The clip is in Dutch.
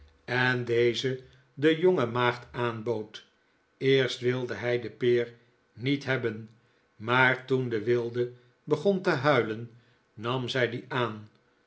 en deze de jonge maagd aanbood eerst wilde zij de peer niet hebben maar toen de wilde begon te huilen nam zij die aan